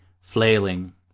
flailing